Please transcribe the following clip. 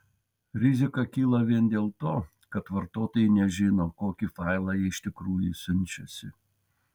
rizika kyla vien dėl to kad vartotojai nežino kokį failą jie iš tikrųjų siunčiasi